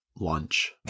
lunch